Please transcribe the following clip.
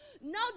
No